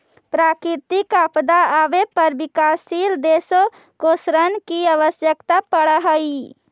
प्राकृतिक आपदा आवे पर विकासशील देशों को ऋण की आवश्यकता पड़अ हई